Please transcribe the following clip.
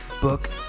book